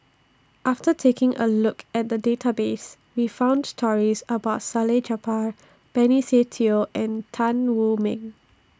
after taking A Look At The Database We found stories about Salleh Japar Benny Se Teo and Tan Wu Meng